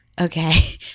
Okay